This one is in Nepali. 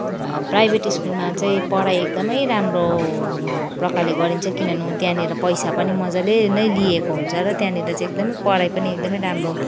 प्राइभेट स्कुलमा चाहिँ पढाई एकदमै राम्रो प्रकारले गरिन्छ किनभने त्यहाँनिर पैसा पनि मज्जाले नै लिएको हुन्छ र त्यहाँनिर चाहिँ पढाई पनि एकदमै राम्रो